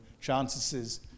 chances